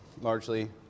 largely